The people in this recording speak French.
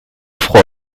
froid